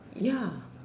ya